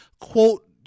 quote